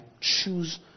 choose